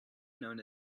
known